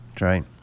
right